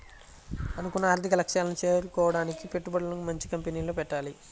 అనుకున్న ఆర్థిక లక్ష్యాలను చేరుకోడానికి పెట్టుబడులను మంచి కంపెనీల్లో పెట్టాలి